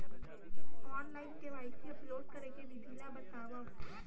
Online KYC upload करे के विधि ला बतावव?